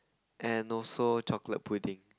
and also chocolate pudding